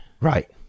right